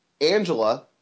Angela